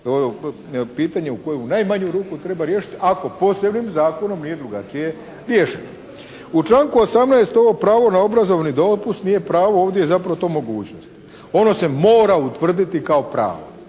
ono pitanje koje u najmanju ruku treba riješiti ako posebnim zakonom nije drugačije riješeno. U članku 18. ovo pravo na obrazovni dopust nije pravo ovdje je zapravo to mogućnost. Ono se mora utvrditi kao pravo.